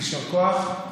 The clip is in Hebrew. יישר כוח.